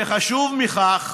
וחשוב מזה,